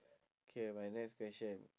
K my next question